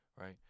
right